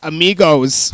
Amigos